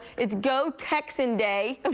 it's go texan day. um